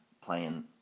playing